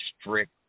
strict